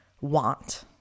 want